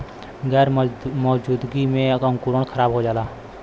गैर मौजूदगी में अंकुरण खराब हो जाला